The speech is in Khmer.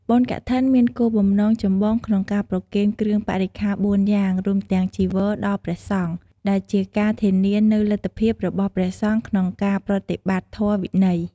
បុណ្យកឋិនមានគោលបំណងចម្បងក្នុងការប្រគេនគ្រឿងបរិក្ខារបួនយ៉ាង រួមទាំងចីវរ ដល់ព្រះសង្ឃ ដែលជាការធានានូវលទ្ធភាពរបស់ព្រះសង្ឃក្នុងការប្រតិបត្តិធម៌វិន័យ។